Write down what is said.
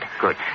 good